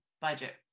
budget